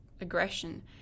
aggression